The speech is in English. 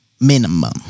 minimum